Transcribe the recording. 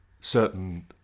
certain